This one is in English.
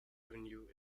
avenue